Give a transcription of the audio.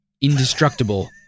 Indestructible